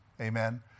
Amen